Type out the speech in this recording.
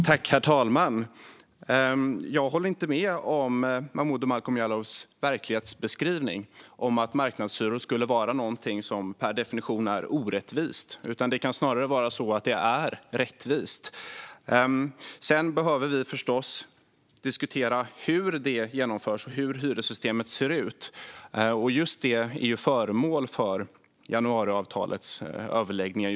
Herr talman! Jag håller inte med om Momodou Malcolm Jallows verklighetsbeskrivning, att marknadshyror skulle vara något som per definition är orättvist. Det kan snarare vara rättvist. Vi behöver förstås diskutera hur det genomförs och hur hyressystemet ser ut, och just detta är just nu föremål för januariavtalets överläggningar.